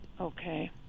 Okay